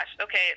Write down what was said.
Okay